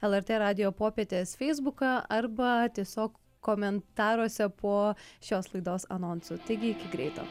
lrt radijo popietės feisbuką arba tiesiog komentaruose po šios laidos anonsų taigi iki greito